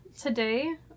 today